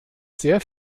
sehr